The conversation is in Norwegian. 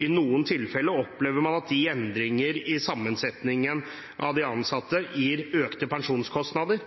I noen tilfeller opplever man at endringer i sammensetningen av de ansatte gir økte pensjonskostnader.